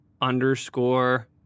underscore